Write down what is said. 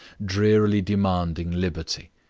drearily demanding liberty,